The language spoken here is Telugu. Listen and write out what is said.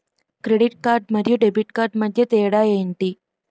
క్రెడిట్ కార్డ్ మరియు డెబిట్ కార్డ్ మధ్య తేడా ఎంటి?